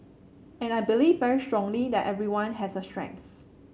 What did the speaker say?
and I believe very strongly that everyone has a strength